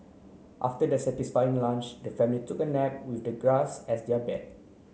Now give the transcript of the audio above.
after their satisfying lunch the family took a nap with the grass as their bed